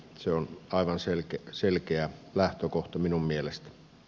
se on aivan selkeä lähtökohta minun mielestäni